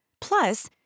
Plus